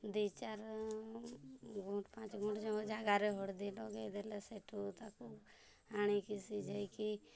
ଦୁଇଚାରି ଗୁଣ୍ଠ ପାଞ୍ଚଗୁଣ୍ଠ ଜମା ଜାଗାରେ ହଳଦୀ ଲଗାଇ ଦେଲେ ସେଠୁ ତାକୁ ଆଣିକି ସିଜାଇକି